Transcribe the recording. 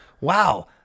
wow